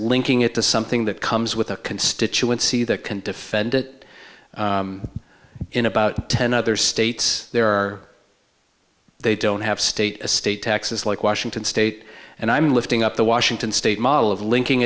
linking it to something that comes with a constituency that can defend it in about ten other states there are they don't have state a state taxes like washington state and i'm lifting up the washington state model of linking